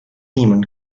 demon